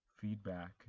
feedback